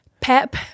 PEP